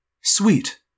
Sweet